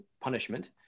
punishment